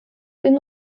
den